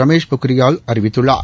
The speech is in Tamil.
ரமேஷ் பொக்ரியால் அறிவித்துள்ளார்